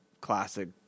classic